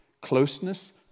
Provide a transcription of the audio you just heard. Closeness